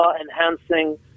enhancing